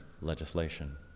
legislation